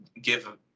give